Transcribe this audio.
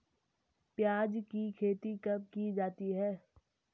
प्याज़ की खेती कब की जाती है?